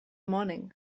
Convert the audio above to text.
morning